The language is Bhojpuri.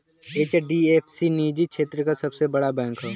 एच.डी.एफ.सी निजी क्षेत्र क सबसे बड़ा बैंक हौ